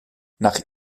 nach